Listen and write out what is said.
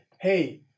hey